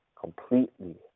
completely